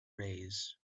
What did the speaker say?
raise